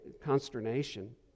consternation